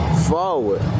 forward